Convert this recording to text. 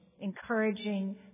encouraging